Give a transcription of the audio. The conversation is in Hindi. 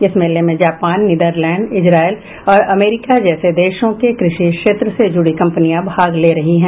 इस मेले में जापान नीदरलैंड इजरायल और अमेरिका जैसे देशों के कृषि क्षेत्र से जुड़ी कंपनियां भाग ले रही हैं